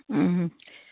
অঁ